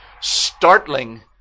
startling